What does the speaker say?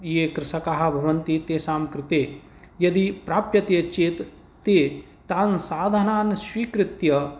ये कृषकाः भवन्ति तेषां कृते यदि प्राप्यते चेत् ते तान् साधनानां स्वीकृत्य